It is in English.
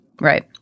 Right